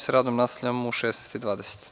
Sa radom nastavljamo u 16,20